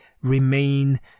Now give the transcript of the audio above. remain